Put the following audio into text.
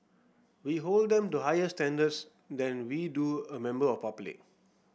we hold them to higher standards than we do a member of public